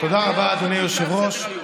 תודה רבה, אדוני היושב-ראש.